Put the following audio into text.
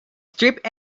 strip